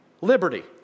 liberty